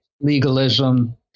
legalism